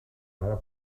mare